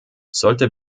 sollte